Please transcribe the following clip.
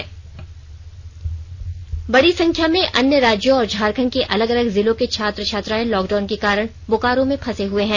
व्यवस्था बड़ी संख्या में अन्य राज्यों और झारखंड के अलग अलग जिलों के छात्र छात्राए लॉकडाउन के कारण बोकारो में फंसे हुए हैं